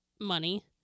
money